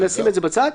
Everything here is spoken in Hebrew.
נשים את זה בצד.